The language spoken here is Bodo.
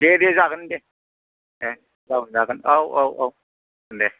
दे दे जागोन दे ए औ जागोन औ औ औ दे